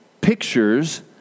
Pictures